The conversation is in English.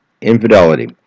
infidelity